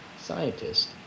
scientist